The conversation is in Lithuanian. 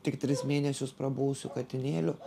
tik tris mėnesius prabuvusiu katinėliu